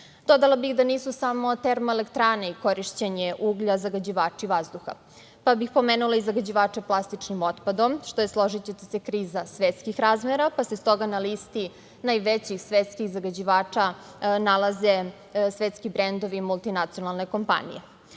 bih da nisu samo termoelektrane i korišćenje uglja zagađivači vazduha, pa bih pomenula i zagađivače plastičnim otpadom, što je, složićete se, kriza svetskih razmera, pa se stoga na listi najvećih svetskih zagađivača nalaze svetski brendovi i multinacionalne kompanije. Svi